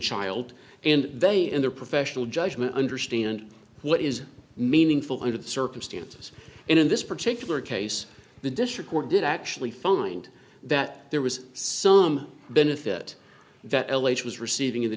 child and they in their professional judgment understand what is meaningful under the circumstances and in this particular case the district court did actually find that there was some benefit that l h was receiving